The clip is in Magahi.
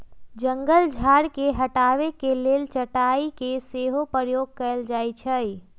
जंगल झार के हटाबे के लेल चराई के सेहो प्रयोग कएल जाइ छइ